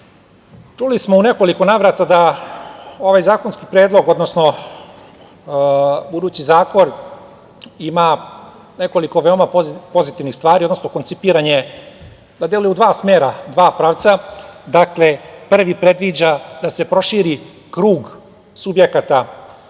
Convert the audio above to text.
smo u nekoliko navrata da ovaj zakonski predlog, odnosno, budući zakon, ima nekoliko veoma pozitivnih stvari, odnosno, koncipiran je da deluje u dva smera, dva pravca. Prvi, predviđa da se proširi krug subjekata